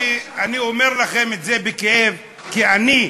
אני אומר לכם את זה בכאב, כי אני,